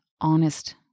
honest